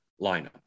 lineup